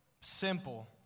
simple